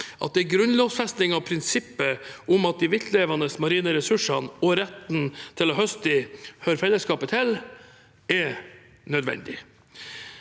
at en grunnlovfesting av prinsippet om at de viltlevende marine ressursene og retten til å høste dem hører fellesskapet til, er nødvendig.